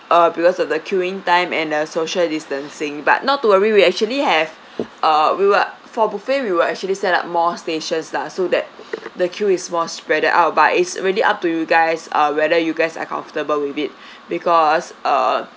uh because of the queuing time and the social distancing but not to worry we actually have uh we will for buffet we will actually set up more stations lah so that the queue is more spreaded out but it's really up to you guys uh whether you guys are comfortable with it because uh